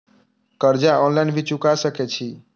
कर्जा ऑनलाइन भी चुका सके छी?